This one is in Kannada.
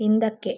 ಹಿಂದಕ್ಕೆ